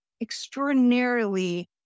extraordinarily